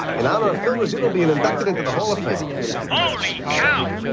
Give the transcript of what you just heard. in honor of phil rizzuto being inducted into the hall of fame holy cow!